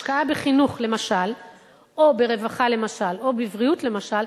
השקעה בחינוך למשל או ברווחה למשל או בבריאות למשל,